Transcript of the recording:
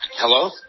Hello